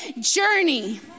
journey